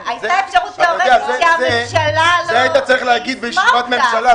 את זה היית צריך להגיד בישיבת ממשלה,